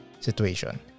situation